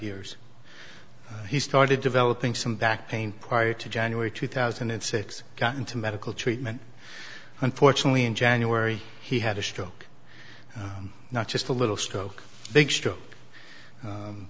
years he started developing some back pain prior to january two thousand and six got into medical treatment unfortunately in january he had a stroke not just a little stroke big s